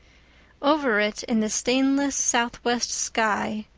over it, in the stainless southwest sky,